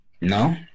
No